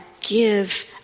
give